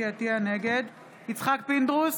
יצחק פינדרוס,